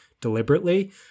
deliberately